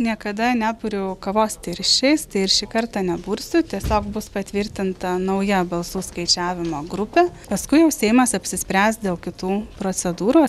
niekada neburiu kavos tirščiais tai ir šį kartą nebursiu tiesiog bus patvirtinta nauja balsų skaičiavimo grupė paskui jau seimas apsispręs dėl kitų procedūrų